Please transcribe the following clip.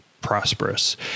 prosperous